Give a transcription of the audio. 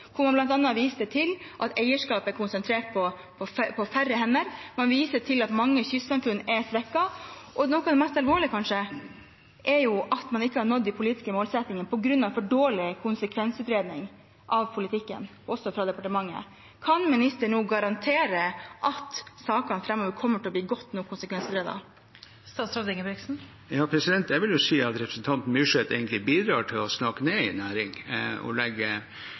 man bl.a. viste til at eierskap er konsentrert på færre hender. Man viste til at mange kystsamfunn er svekket, og noe av det mest alvorlige, kanskje, er at man ikke har nådd de politiske målsettingene på grunn av for dårlig konsekvensutredning av politikken, også fra departementets side. Kan statsråden nå garantere at sakene framover kommer til å bli godt nok konsekvensutredet? Jeg vil jo si at representanten Myrseth egentlig bidrar til å snakke ned en næring og legge